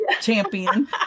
champion